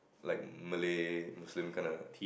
like Malay Muslim kind a